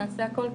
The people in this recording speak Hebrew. נעשה הכול,